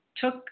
took